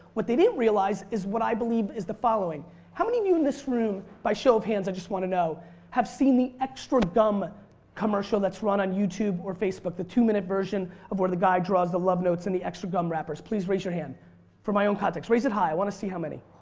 what they didn't realize what i believe is the following how many of you in this room by show of hands i just want to know have seen the extra gum commercial that's run on youtube or facebook the two-minute version of where the guy draws the love notes in the extra gum wrappers? please raise your hand for my own context. raise it high. i want to see how many.